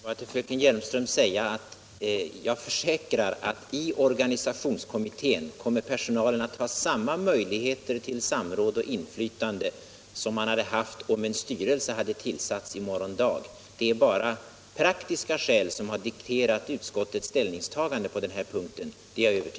Herr talman! Jag kan försäkra fröken Hjelmström att personalen kommer att ha samma möjligheter till samråd och inflytande i organisationskommittén som man hade haft om en styrelse hade tillsatts i morgon dag. Jag är övertygad om att det bara är praktiska skäl som har dikterat utskottets ställningstagande på denna punkt.